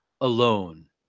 alone